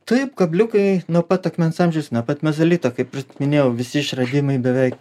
taip kabliukai nuo pat akmens amžiaus nuo pat mezolito kaip ir minėjau visi išradimai beveik